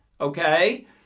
okay